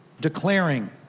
declaring